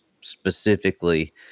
specifically